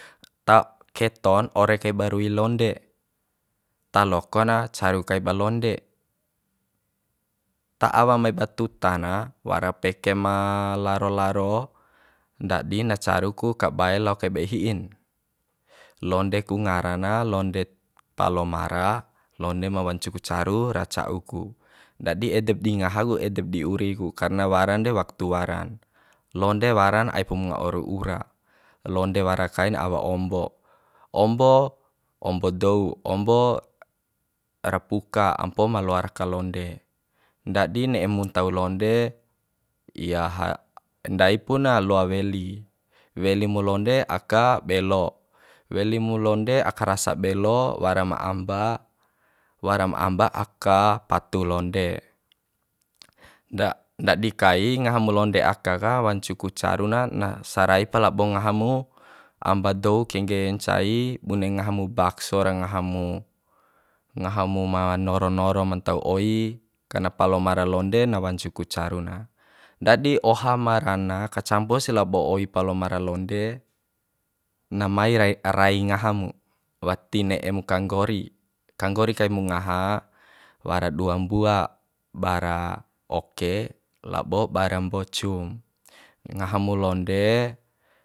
Ta keton ore kaiba rui londe ta lokona caru kaiba londe ta awa mai ba tuta na wara peke ma laro laro ndadi na caru ku kabae lao kaib hi'in londe ku ngara na londe palomara londe ma wancu ku caru ra ca'u ku ndadi edeb di ngaha ku edeb di uri ku karna waran de waktu waran londe waran aib unga oru ura londe wara kain awa ombo ombo ombo dou ombo rapuka ampo ma loa raka londe ndadin ne'e mu ntau londe iya ndai pu na loa weli weli mu londe aka belo weli mu londe aka rasa belo wara ma amba waram amba aka patu londe ndadi kai ngaha mu londe aka ka wancu ku caru na na saraipa labo ngaha mu amba dou kengge ncai bune ngaha mu bakso ra ngaha mu ngaha mu ma noro noro ma ntau oi karna palomara londe na wancu ku caru na ndadi oha ma rana kacampos labo oi palomara londe na mai rai rai ngaha mu wati ne'e mu kanggori kanggori kai mu ngaha wara dua mbua ba ra oke labo bara mbocum ngaha mu londe